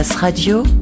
Radio